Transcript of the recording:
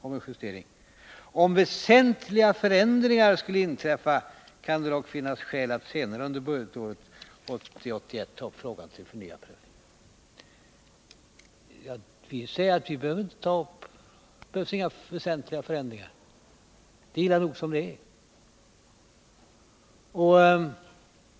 Om väsentliga förändringar skulle inträffa kan det dock finnas skäl att senare under budgetåret 1980/81 ta upp frågan till förnyad prövning”. Vi säger att det inte behövs några väsentliga förändringar. Det är illa nog som det är.